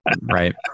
Right